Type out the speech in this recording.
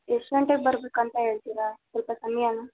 ಎಷ್ಟು ಗಂಟೆಗೆ ಬರ್ಬೇಕು ಅಂತ ಹೇಳ್ತೀರಾ ಸ್ವಲ್ಪ ಸಮಯಾನ